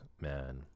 man